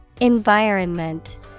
Environment